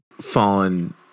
fallen